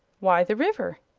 why, the river.